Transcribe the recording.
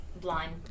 blind